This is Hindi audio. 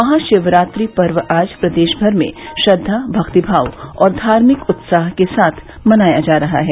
महाशिवरात्रि पर्व आज प्रदेश भर में श्रद्धा भक्तिभाव और धार्मिक उत्साह के साथ मनाया जा रहा है